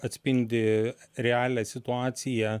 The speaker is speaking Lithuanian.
atspindi realią situaciją